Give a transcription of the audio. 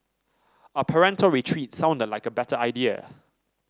a parental retreat sounded like a better idea